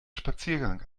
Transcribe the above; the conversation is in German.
spaziergang